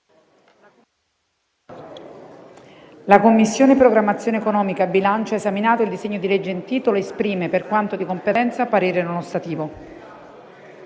La Commissione programmazione economica, bilancio, esaminato il disegno di legge in titolo, esprime per quanto di competenza, parere non ostativo